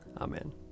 Amen